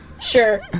Sure